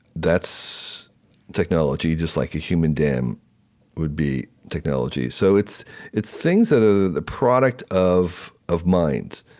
that's technology, just like a human dam would be technology. so it's it's things that are the product of of minds.